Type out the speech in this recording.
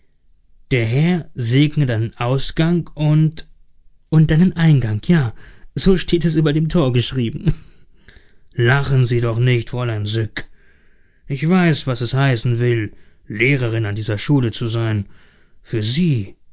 der herr segne deinen ausgang und und deinen eingang ja so steht es über dem tor geschrieben lachen sie doch nicht fräulein syk ich weiß was es heißen will lehrerin an dieser schule zu sein für sie